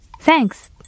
Thanks